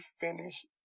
finish